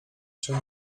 czy